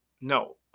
No